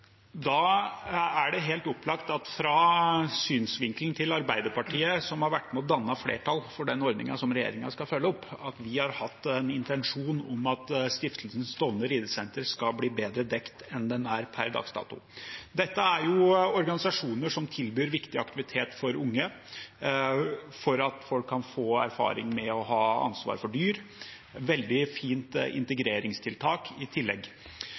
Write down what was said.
Det er helt opplagt at fra synsvinkelen til Arbeiderpartiet, som har vært med å danne flertall for den ordningen som regjeringen skal følge opp, har vi hatt en intensjon om at Stiftelsen Stovner ridesenter skal bli bedre dekket enn den er per dags dato. Dette er organisasjoner som tilbyr viktig aktivitet til unge for at folk kan få erfaring med å ha ansvar for dyr – et veldig fint integreringstiltak i tillegg.